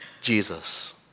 Jesus